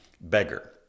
beggar